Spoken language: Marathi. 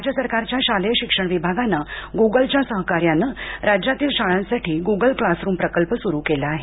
राज्य सरकारच्या शालेय शिक्षण विभागानं गूगल च्या सहकार्यानं राज्यातील शाळांसाठी गूगल क्लासरूम प्रकल्प सुरू केला आहे